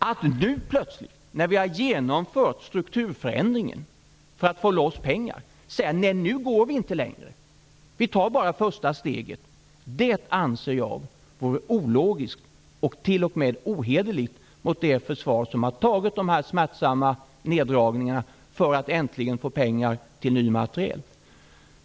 Att nu plötsligt, när vi har genomfört strukturförändringen för att få loss pengar, säga att vi inte skall gå längre, att vi bara tar det första steget, anser jag vara både ologiskt och t.o.m. ohederligt mot dem som har genomfört de smärtsamma neddragningarna för att äntligen få pengar till ny materiel.